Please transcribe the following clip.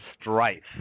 strife